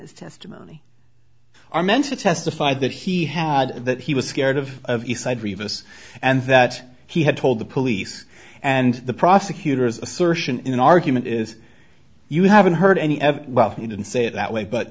his testimony are meant to testify that he had the he was scared of the side rebus and that he had told the police and the prosecutors assertion in an argument is you haven't heard any of well he didn't say it that way but